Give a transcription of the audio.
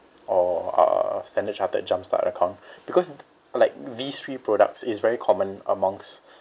or uh standard chartered jumpstart account because like these three products is very common amongst